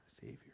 Savior